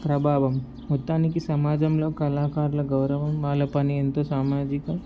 ప్రభావం మొత్తానికి సమాజంలో కళాకారుల గౌరవం వాళ్ళ పని ఎంతో సామాజిక